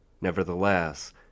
Nevertheless